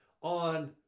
on